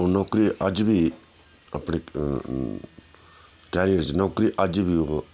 हून नौकरी अज्ज बी अपनी नौकरी अज्ज बी ओह्